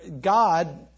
God